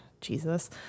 Jesus